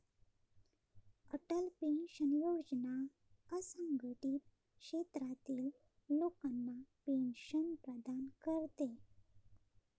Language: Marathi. अटल पेन्शन योजना असंघटित क्षेत्रातील लोकांना पेन्शन प्रदान करते